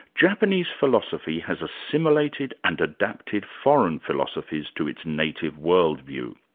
japanese philosophy has assimilated and adapted foreign philosophies to its native world view,